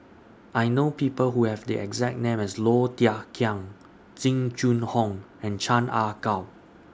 I know People Who Have The exact name as Low Thia Khiang Jing Jun Hong and Chan Ah Kow